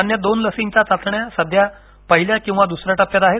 अन्य दोन लसींच्या चाचण्या सध्या पहिल्या किंवा द्सऱ्या टप्प्यात आहेत